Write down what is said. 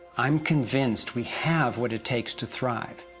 i'm convinced, we have what it takes to thrive.